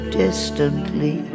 distantly